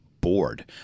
bored